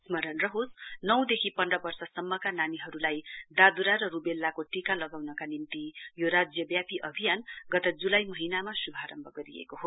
स्मरण रहोस् नौ देखि रुबेलाको पन्ध वर्षसम्मका नानीहरुलाई दादुरा र रुबेलाको टीका लगाउनाका निम्ति यो राज्यव्यापी अभियान गत जुलाई महीनामा शुभारम्भ गरिएको हो